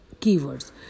keywords